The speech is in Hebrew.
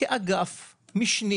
כאגף משנה